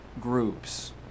groups